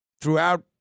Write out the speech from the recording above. throughout